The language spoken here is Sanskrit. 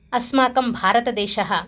अस्माकं भारतदेशः